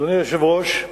אדוני היושב-ראש,